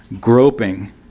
groping